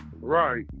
Right